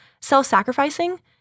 self-sacrificing